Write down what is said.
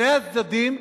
היה פסק-דין חלוט.